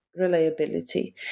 reliability